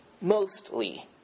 Mostly